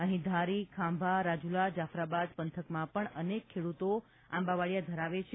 અહી ધારી ખાંભા રાજુલા જાફરાબાદ પંથકમા પણ અનેક ખેડૂતો આંબાવડીયા ધરાવે છે